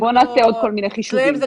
בישראל.